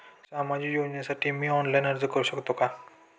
सामाजिक योजनेसाठी मी ऑनलाइन अर्ज करू शकतो का?